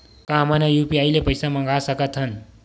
का हमन ह यू.पी.आई ले पईसा मंगा सकत हन?